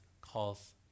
calls